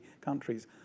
countries